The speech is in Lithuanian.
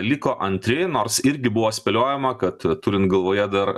liko antri nors irgi buvo spėliojama kad turint galvoje dar